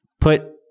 put